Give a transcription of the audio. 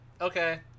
Okay